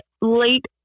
late